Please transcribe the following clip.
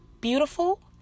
beautiful